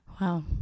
Wow